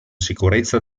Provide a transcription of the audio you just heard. sicurezza